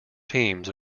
teams